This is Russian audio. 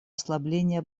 ослабления